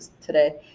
today